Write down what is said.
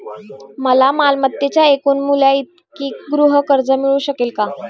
मला मालमत्तेच्या एकूण मूल्याइतके गृहकर्ज मिळू शकेल का?